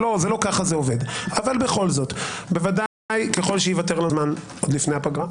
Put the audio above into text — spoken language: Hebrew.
לא כך זה עובד אבל בכל זאת בוודאי ככל שייוותר לנו הזמן לפני הפגרה,